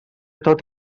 tot